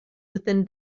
within